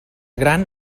gran